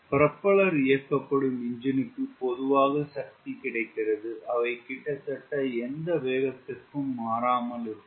propeller இயக்கப்படும் எஞ்சினுக்கு பொதுவாக சக்தி கிடைக்கிறது அவை கிட்டத்தட்ட எந்த வேகத்திற்கும் மாறாமல் இருக்கும்